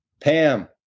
Pam